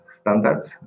standards